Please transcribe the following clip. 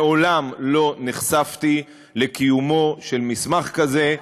מעולם לא נחשפתי לקיומו של מסמך כזה,